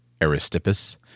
Aristippus